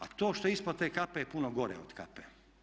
A to što je ispod te kape je puno gore od kape.